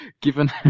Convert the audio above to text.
given